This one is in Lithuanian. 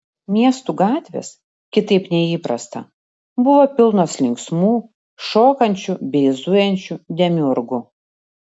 miestų gatvės kitaip nei įprasta buvo pilnos linksmų šokančių bei zujančių demiurgų